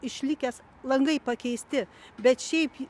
išlikęs langai pakeisti bet šiaip